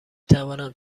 توانم